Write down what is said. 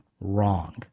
wrong